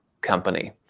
company